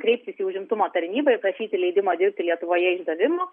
kreiptis į užimtumo tarnybą ir prašyti leidimo dirbti lietuvoje išdavimu